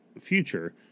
future